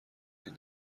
این